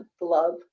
love